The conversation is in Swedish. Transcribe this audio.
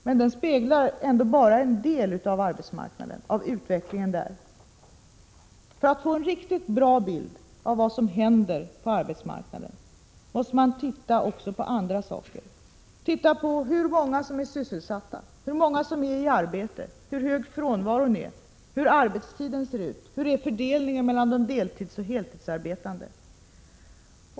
Men dessa speglar ändå bara en del av utvecklingen på arbetsmarknaden. För att få en riktigt bra bild av vad som händer på arbetsmarknaden måste man titta även på andra saker. Hur många är sysselsatta, hur många är i arbete, hur stor är frånvaron, hur ser arbetstiderna ut och vilken är fördelningen mellan heltidsoch deltidsarbetande?